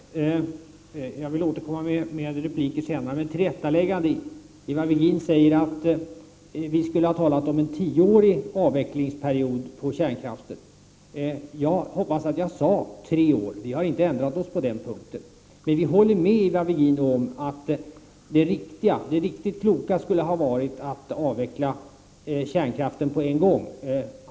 Herr talman! Jag vill nu bara göra ett tillrättaläggande. Jag återkommer med repliker senare. Ivar Virgin säger att vi skulle ha talat om en tioårig avvecklingsperiod för kärnkraften. Jag hoppas att jag sade tre år. Vi har inte ändrat oss på den punkten. Men vi håller med Ivar Virgin om att det riktigt kloka skulle ha varit att avveckla kärnkraften på en gång.